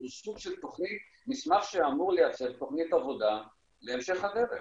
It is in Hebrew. הוא סוג של מסמך שאמור לייצר תוכנית עבודה להמשך הדרך,